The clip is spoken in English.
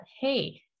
hey